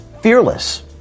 fearless